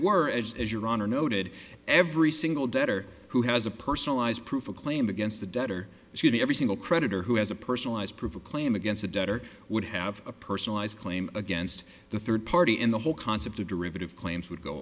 were as your honor noted every single debtor who has a personalized proof a claim against the debtor should the every single creditor who has a personalized proof of claim against the debtor would have a personalized claim against the third party in the whole concept of derivative claims would go